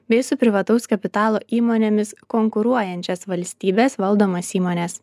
bei su privataus kapitalo įmonėmis konkuruojančias valstybės valdomas įmones